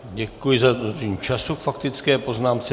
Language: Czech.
Děkuji za dodržení času k faktické poznámce.